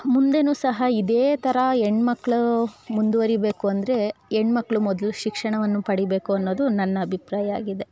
ಮುಂದೇನು ಸಹ ಇದೇ ಥರ ಹೆಣ್ಮಕ್ಳು ಮುಂದುವರಿಬೇಕು ಅಂದರೆ ಹೆಣ್ಮಕ್ಳು ಮೊದ್ಲು ಶಿಕ್ಷಣವನ್ನು ಪಡೀಬೇಕು ಅನ್ನೋದು ನನ್ನ ಅಭಿಪ್ರಾಯ ಆಗಿದೆ